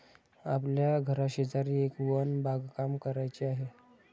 आपल्या घराशेजारी एक वन बागकाम करायचे आहे